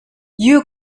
you